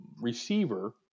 receiver